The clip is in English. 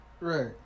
right